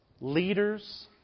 leaders